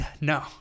No